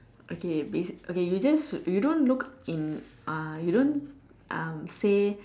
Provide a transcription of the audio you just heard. okay bas okay you just you don't look in uh you don't um say